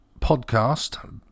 podcast